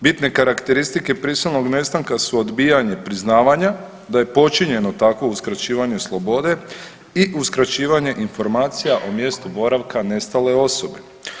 Bitne karakteristike prisilnog nestanka su odbijanje priznavanja da je počinjeno takvo uskraćivanje slobode i uskraćivanje informacija o mjestu boravka nestale osobe.